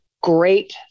great